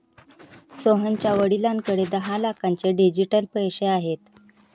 सोहनच्या वडिलांकडे दहा लाखांचे डिजिटल पैसे आहेत